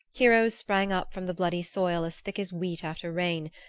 heroes sprang up from the bloody soil as thick as wheat after rain,